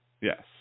Yes